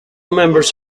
members